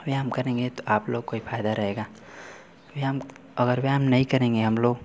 व्यायाम करेंगे तो आप लोग को ही फ़ायदा रहेगा व्यायाम अगर व्यायाम नहीं करेंगे हम लोग